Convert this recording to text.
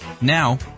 Now